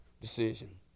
decision